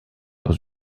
dans